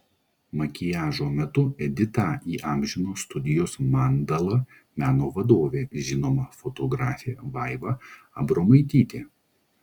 makiažo metu editą įamžino studijos mandala meno vadovė žinoma fotografė vaiva abromaitytė